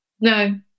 no